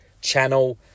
channel